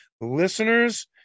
listeners